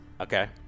Okay